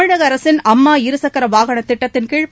தமிழக அரசின் அம்மா இருசக்கர வாகன திட்டத்தின் கீழ்